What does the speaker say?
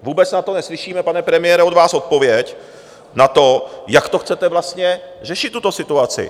Vůbec na to neslyšíme, pane premiére, od vás odpověď, na to, jak chcete vlastně řešit tuto situaci?